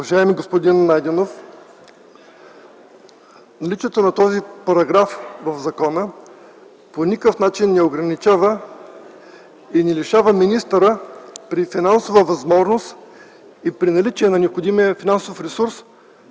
Уважаеми господин Найденов! Наличието на този параграф в закона по никакъв начин не ограничава и не лишава министъра от възможност и при наличие на необходимия финансов ресурс